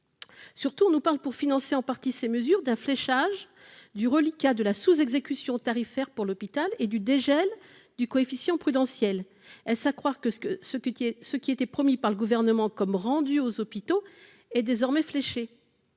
Surtout, on nous parle, pour financer en partie ces mesures, d'un fléchage du reliquat de la sous-exécution tarifaire pour l'hôpital et du dégel du coefficient prudentiel : est-ce à croire que ce qui était promis par le Gouvernement comme rendu aux hôpitaux est désormais fléché ?